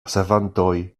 servantoj